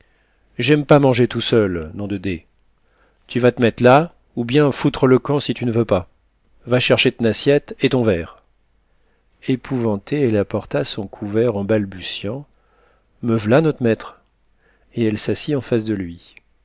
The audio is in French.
j'aime pas manger tout seul nom de d tu vas te mett là ou bien foutre le camp si tu n'veux pas va chercher t'nassiette et ton verre épouvantée elle apporta son couvert en balbutiant me v'là not maître et elle s'assit en face de lui